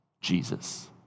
Jesus